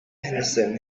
henderson